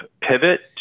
pivot